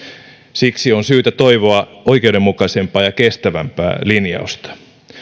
siksi on syytä toivoa oikeudenmukaisempaa ja kestävämpää linjausta